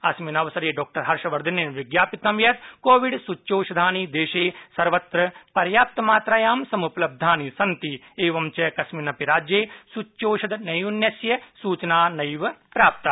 अस्मिन् अवसरे डॉ हर्षवर्धनिन विज्ञापितं यत् कोविड सूच्यौषधानि देशे सर्वत्र पर्याप्तमात्रायां समुपलब्धानि सन्ति एवंच कस्मिन् अपि राज्ये सूच्यौषध नैयून्यस्य सूचना न प्राप्ता